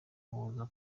buza